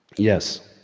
yes,